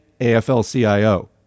AFL-CIO